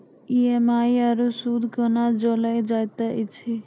EMI आरू सूद कूना जोड़लऽ जायत ऐछि?